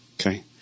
Okay